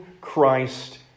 Christ